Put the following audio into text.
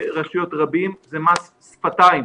רשויות רבים, שזה מס שפתיים.